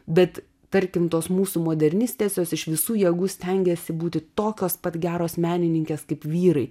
bet tarkim tos mūsų modernistės jos iš visų jėgų stengėsi būti tokios pat geros menininkės kaip vyrai